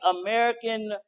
American